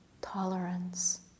tolerance